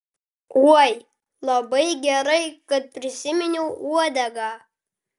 oi labai gerai kad prisiminiau uodegą